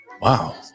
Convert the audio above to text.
Wow